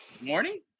Morning